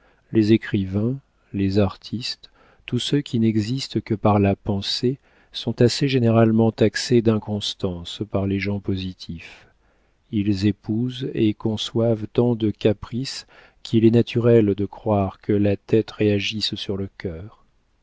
les écrivains les artistes tous ceux qui n'existent que par la pensée sont assez généralement taxés d'inconstance par les gens positifs ils épousent et conçoivent tant de caprices qu'il est naturel de croire que la tête réagisse sur le cœur